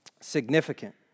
significant